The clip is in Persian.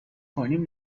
کنیم